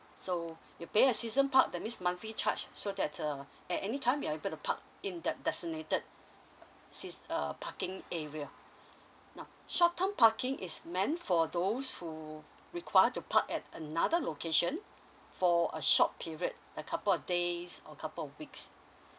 so you pay a season park that means monthly charge so that uh at any time you're able to park in that designated seas~ uh parking area now short term parking is meant for those who require to park at another location for a short period a couple of days or couple of weeks